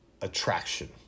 attraction